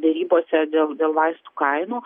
derybose dėl dėl vaistų kainų